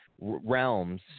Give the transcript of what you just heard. realms